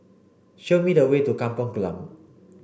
show me the way to Kampung Glam